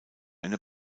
eine